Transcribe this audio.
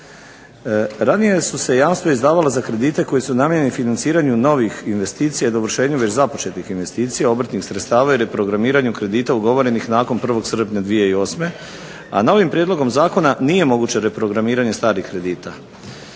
Ranije su se jamstva izdavala za kredite koji su namijenjeni financiranju novih investicija i dovršenju već započetih investicija, obrtnih sredstava i reprogramiranju kredita ugovorenih nakon 1. srpnja 2008., a novim prijedlogom zakona nije moguće reprogramiranje starih kredita.